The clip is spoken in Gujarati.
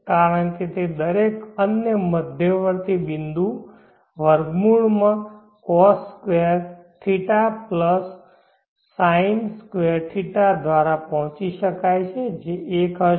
કારણ કે દરેક અન્ય મધ્યવર્તી બિંદુ વર્ગમૂળ માં cos સ્ક્વેર θ વત્તા sine સ્ક્વેર θ દ્વારા પહોંચી શકાય છે જે 1 હશે